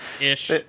ish